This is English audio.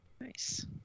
Nice